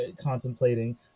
contemplating